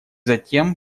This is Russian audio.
затем